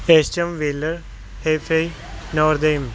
ਏਸ਼ਚਮ ਵੈੱਲਰ ਹੇਫੇ ਨੋਰਦੀਨ